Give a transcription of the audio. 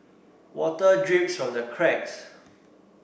water drips from the cracks